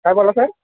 काय बोलला सर